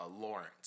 Lawrence